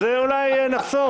אז אולי נחסוך.